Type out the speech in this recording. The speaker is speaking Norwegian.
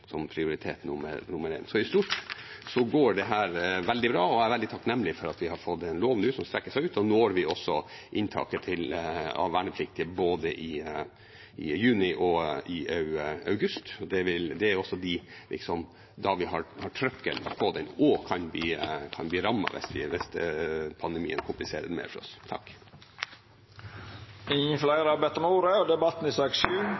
som prioritet nummer én. Så i stort går dette veldig bra, og jeg er veldig takknemlig for at vi nå har fått en lov som strekker seg ut. Da når vi også inntaket av vernepliktige både i juni og i august, og det er også da vi har trykket på den – og kan bli rammet hvis pandemien kompliserer det mer for oss. Fleire har ikkje bedt om ordet til sak